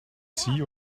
sea